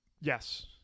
Yes